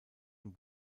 und